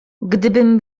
gdybym